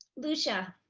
lucia